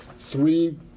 three